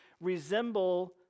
resemble